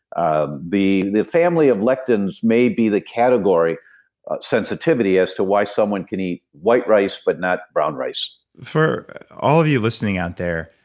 ah the the family of lectins maybe the category sensitivity as to why someone can eat white rice but not brown rice for all of you listening out there,